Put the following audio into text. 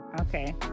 okay